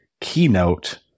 keynote